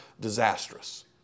disastrous